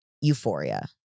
euphoria